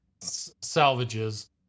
salvages